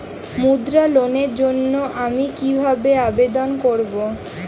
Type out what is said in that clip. মুদ্রা লোনের জন্য আমি কিভাবে আবেদন করবো?